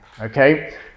okay